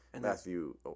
Matthew